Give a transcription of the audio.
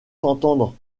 s’entendre